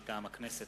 מטעם הכנסת,